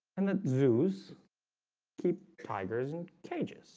and the zoos keep tigers and cages